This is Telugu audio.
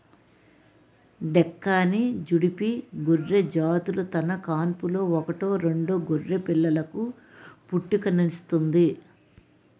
డెక్కాని, జుడిపి గొర్రెజాతులు తన కాన్పులో ఒకటో రెండో గొర్రెపిల్లలకు పుట్టుకనిస్తుంది